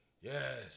Yes